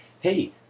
Hey